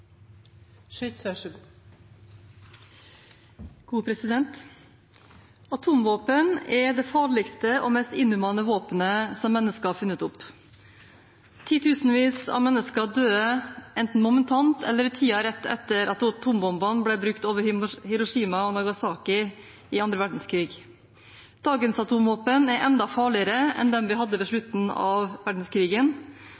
Atomvåpen er det farligste og mest inhumane våpenet som mennesker har funnet opp. Titusenvis av mennesker døde enten momentant eller i tiden rett etter at atombombene ble brukt over Hiroshima og Nagasaki i annen verdenskrig. Dagens atomvåpen er enda farligere enn dem vi hadde ved